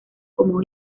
como